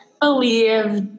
believe